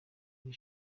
iri